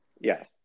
Yes